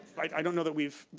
i don't know that we've,